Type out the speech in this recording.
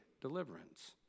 deliverance